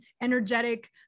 energetic